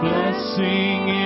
Blessing